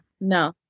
No